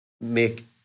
make